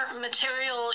material